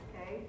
okay